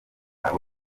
yawe